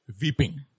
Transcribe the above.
Weeping